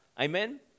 Amen